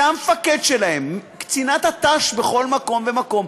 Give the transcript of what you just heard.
שהמפקד שלהם, קצינת הת"ש בכל מקום ומקום